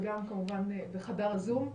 וגם כמובן בחדר הזום שאתנו,